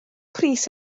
pris